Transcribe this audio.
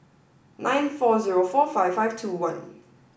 nine four zero four five five two one